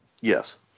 Yes